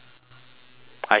I hear you yawning